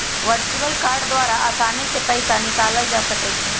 virtual card द्वारा असानी से पइसा निकालल जा सकइ छै